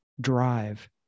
drive